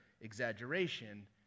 exaggeration